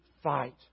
Fight